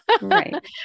Right